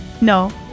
No